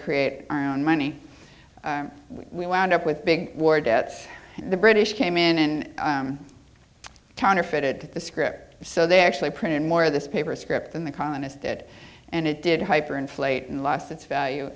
create our own money we wound up with big war debts the british came in and counterfeited the script so they actually printed more of this paper script than the communists did and it did hyper inflate and lost its value